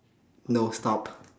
no stop